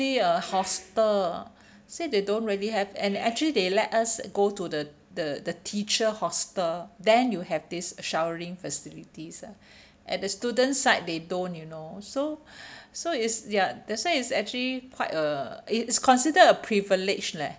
a hostel ah so they don't really have and actually they let us go to the the the teacher hostel then you have this showering facilities ah at the students side they don't you know so so is ya that's why it's actually quite a it's considered a privilege leh